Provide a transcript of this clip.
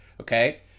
okay